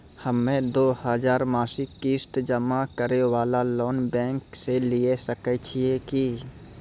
हम्मय दो हजार मासिक किस्त जमा करे वाला लोन बैंक से लिये सकय छियै की?